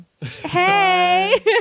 Hey